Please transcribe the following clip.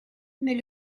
mais